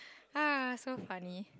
ha so funny